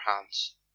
hands